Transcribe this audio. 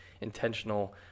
intentional